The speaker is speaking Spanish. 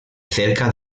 cerca